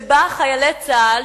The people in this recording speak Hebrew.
שבה חיילי צה"ל,